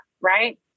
right